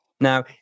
Now